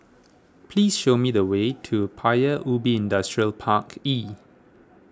please show me the way to Paya Ubi Industrial Park E